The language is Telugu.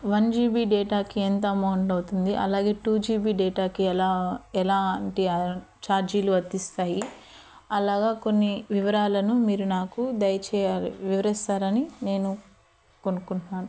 వన్ జీ బీ డేటాకి ఎంత అమౌంట్ అవుతుంది అలాగే టూ జీ బీ డేటాకి ఎలా ఎలాంటి ఛార్జీలు వర్తిస్తాయి అలాగా కొన్ని వివరాలను మీరు నాకు దయ చేయాలి వివరిస్తారని నేను కొనుక్కుంట్నాను